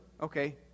Okay